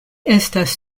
estas